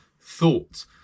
thought